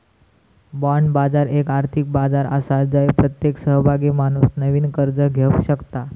bond बाजार एक आर्थिक बाजार आसा जय प्रत्येक सहभागी माणूस नवीन कर्ज घेवक शकता